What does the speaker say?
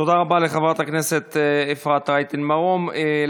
תודה רבה לחברת הכנסת אפרת רייטן מרום.